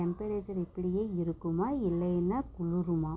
temperature இப்படியே இருக்குமா இல்லைன்னா குளுருமா